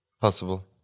Possible